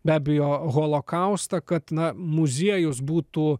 be abejo holokaustą kad na muziejus būtų